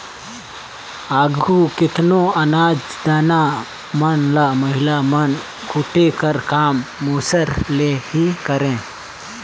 आघु केतनो अनाज दाना मन ल महिला मन कूटे कर काम मूसर ले ही करें